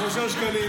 שקלים,